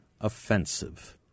offensive